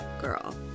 girl